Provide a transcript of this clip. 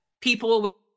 people